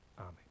Amen